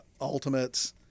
Ultimates